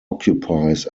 occupies